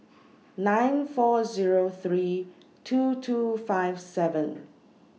nine four Zero three two two five seven